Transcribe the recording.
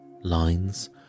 lines